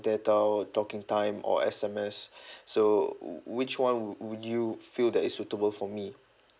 data or talking time or S_M_S so which one would would you feel that is suitable for me